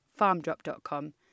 farmdrop.com